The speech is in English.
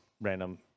random